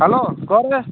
hello କହୁନା